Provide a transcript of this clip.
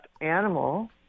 animal